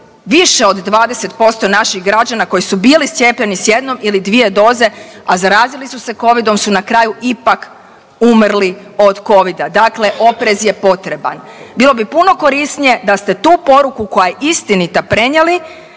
više od 20% naših građana koji su bili cijepljeni s jednom ili dvije doze, a zarazili su se covidom su na kraju ipak umrli od covida, dakle oprez je potreban. Bilo bi puno korisnije da ste tu poruku koja je istinita prenijeli